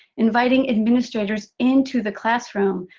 inviting administrators into the classroom.